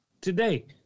today